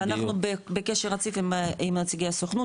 ואנחנו בקשר רציף עם נציגי הסוכנות,